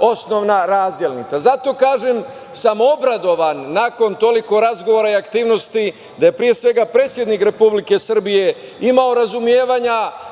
osnovna razlika. Zato kažem da sam se obradovao nakon toliko razgovora i aktivnosti, da je pre svega predsednik Republike Srbije imao razumevanja